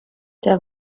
der